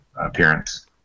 appearance